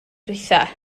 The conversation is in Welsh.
ddiwethaf